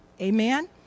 Amen